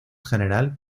general